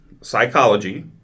psychology